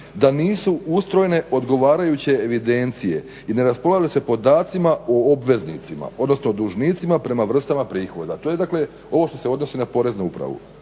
da nisu ustrojene odgovarajuće evidencije i ne raspolaže se podacima o obveznicima, odnosno o dužnicima prema vrstama prihoda. To je dakle ovo što se odnosi na Poreznu upravu.